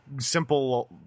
simple